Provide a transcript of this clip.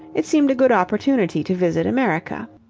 it seemed a good opportunity to visit america.